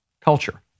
culture